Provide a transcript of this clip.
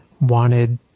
wanted